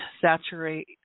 saturate